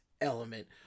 element